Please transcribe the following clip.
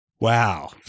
wow